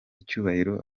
icyubahiro